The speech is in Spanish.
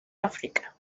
áfrica